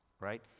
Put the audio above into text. right